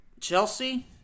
Chelsea